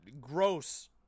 gross